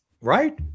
right